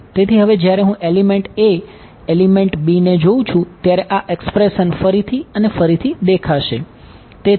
તેથી હવે જ્યારે હું એલિમેન્ટ ફરીથી અને ફરીથી દેખાશે